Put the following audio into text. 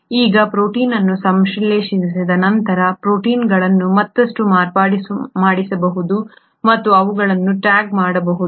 ಈಗ ಪ್ರೋಟೀನ್ಗಳನ್ನು ಸಂಶ್ಲೇಷಿಸಿದ ನಂತರ ಪ್ರೋಟೀನ್ಗಳನ್ನು ಮತ್ತಷ್ಟು ಮಾರ್ಪಡಿಸಬಹುದು ಮತ್ತು ಅವುಗಳನ್ನು ಟ್ಯಾಗ್ ಮಾಡಬಹುದು